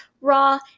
Raw